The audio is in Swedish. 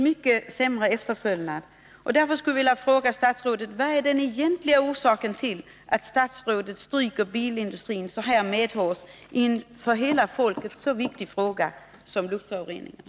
Men efterlevnaden har alltså blivit mycket sämre än beräknat.